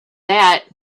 that